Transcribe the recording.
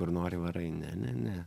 kur nori varai ne ne ne